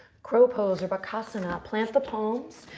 crow pose, or bakasana. plant the palms.